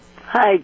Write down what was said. Hi